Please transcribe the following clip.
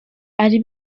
ari